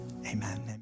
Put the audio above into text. amen